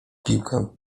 piłkę